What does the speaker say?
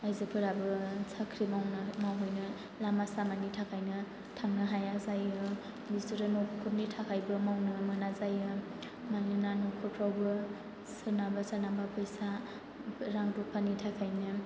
आयजोफोराबो साख्रि मावहैनो लामा सामानि थाखायनो थांनो हाया जायो बिसोरो न'खरनि थाखायबो मावनो मोना जायो मानोना न'खरफोरावबो सोरनाबा सोरनाबा फैसा रां रुफानि थाखायनो